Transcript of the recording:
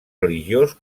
religiós